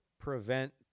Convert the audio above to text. prevent